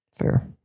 fair